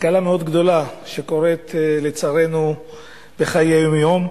תקלה מאוד גדולה, שלצערנו קורית בחיי היום-יום.